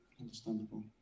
Understandable